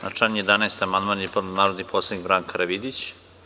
Na član 11. amandman je podneo narodni poslanik Branka Karavidić.